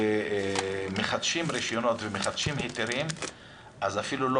וכשמחדשים רישיונות ומחדשים היתרים אפילו לא